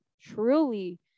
truly